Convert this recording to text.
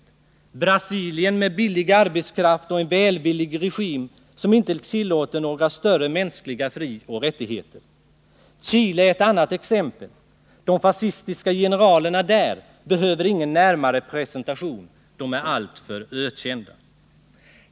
Det är t.ex. Brasilien, med billig arbetskraft och en välvillig regim som inte tillåter några större mänskliga frioch rättigheter. Chile är ett annat exempel — de fascistiska generalerna där behöver ingen närmare presentation; de är alltför ökända.